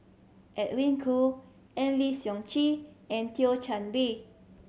Edwin Koo Eng Lee Seok Chee and Thio Chan Bee